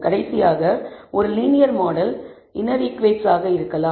கடைசியாக ஒரு linear model inner equates ஆக இருக்கலாம்